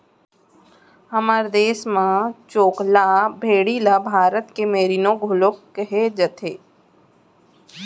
हमर देस म चोकला भेड़ी ल भारत के मेरीनो घलौक कहे जाथे